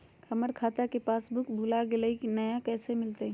हमर खाता के पासबुक भुला गेलई, नया कैसे मिलतई?